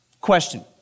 Question